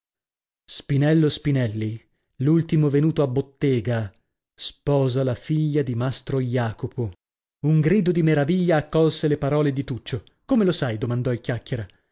spinello spinelli l'ultimo venuto a bottega sposa la figlia di mastro jacopo un grido di meraviglia accolse le parole di tuccio come lo sai domandò il chiacchiera